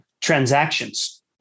transactions